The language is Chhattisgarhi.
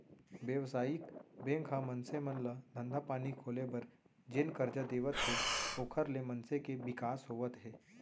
बेवसायिक बेंक ह मनसे मन ल धंधा पानी खोले बर जेन करजा देवत हे ओखर ले मनसे के बिकास होवत हे